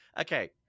okay